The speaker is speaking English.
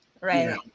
Right